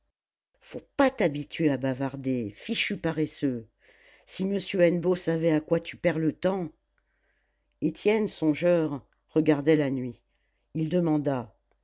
faut pas t'habituer à bavarder fichu paresseux si monsieur hennebeau savait à quoi tu perds le temps étienne songeur regardait la nuit il demanda